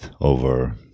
over